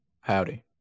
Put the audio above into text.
Howdy